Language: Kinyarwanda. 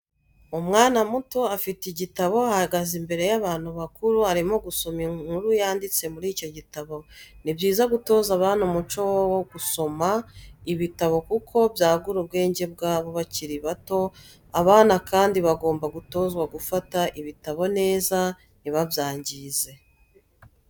Umwana muto afite igitabo ahagaze imbere y'abantu bakuru arimo gusoma inkuru yanditse muri icyo gitabo. Ni byiza gutoza abana umuco wo gusoma ibitabo kuko byagura ubwenge bwabo bakiri bato, abana kandi bagomba gutozwa gufata ibitabo neza ntibabyangize.